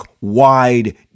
wide